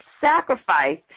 sacrifice